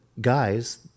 guys